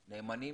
נאמנים,